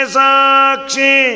sakshi